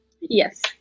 Yes